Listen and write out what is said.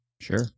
Sure